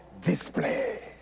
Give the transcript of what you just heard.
display